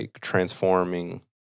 transforming